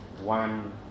one